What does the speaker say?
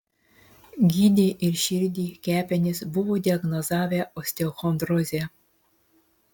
gydė ir širdį kepenis buvo diagnozavę osteochondrozę